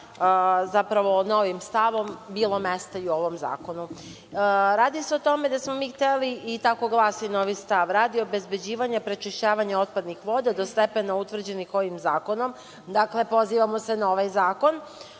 zapravo novim stavom, bilo mesta i u ovom zakonu. Radi se o tome da smo mi hteli, i tako glasi novi stav – radi obezbeđivanja prečišćavanja otpadnih voda do stepena utvrđenih ovim zakonom, dakle pozivamo se na ovaj zakon,